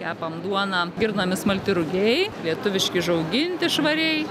kepam duoną girnomis malti rugiai lietuviški išauginti švariai